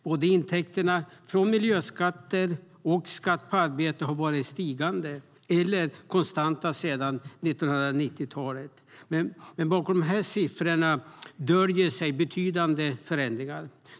Både intäkterna från miljöskatterna och skatterna på arbete har varit stigande eller konstanta sedan 1990-talet, men bakom de siffrorna döljer sig betydande förändringar.